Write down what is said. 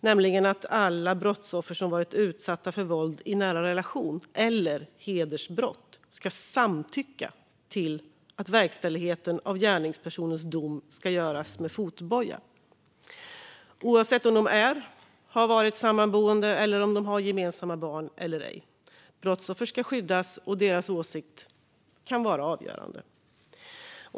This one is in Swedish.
Det ena är att alla brottsoffer som varit utsatta för våld i nära relationer eller hedersbrott ska samtycka till att verkställigheten av gärningspersonens dom ska göras med fotboja, oavsett om de är eller har varit sammanboende eller om de har gemensamma barn eller ej. Brottsoffer ska skyddas, och deras åsikt kan vara avgörande.